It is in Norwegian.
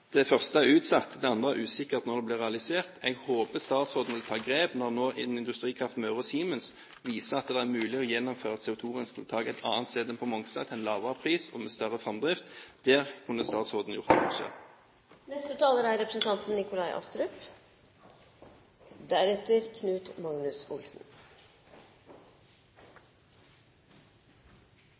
Det første er utsatt, det andre er det usikkert når blir realisert. Jeg håper statsråden vil ta grep når nå Industrikraft Møre og Siemens viser at det er mulig å gjennomføre et CO2-rensetiltak et annet sted enn på Mongstad, til en lavere pris og med større framdrift. Der kunne statsråden gjort en forskjell. La meg først få lov til å takke representanten